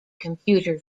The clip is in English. computer